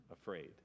afraid